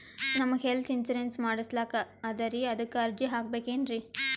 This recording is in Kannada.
ನಮಗ ಹೆಲ್ತ್ ಇನ್ಸೂರೆನ್ಸ್ ಮಾಡಸ್ಲಾಕ ಅದರಿ ಅದಕ್ಕ ಅರ್ಜಿ ಹಾಕಬಕೇನ್ರಿ?